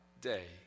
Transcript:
day